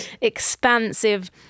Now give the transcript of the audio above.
expansive